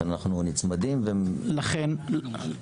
לכן אנחנו נצמדים אליו.